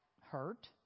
hurt